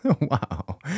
Wow